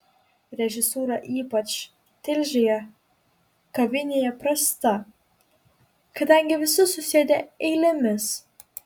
režisūra ypač tilžėje kavinėje prasta kadangi visi susėdę eilėmis